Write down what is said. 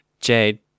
Jade